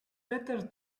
better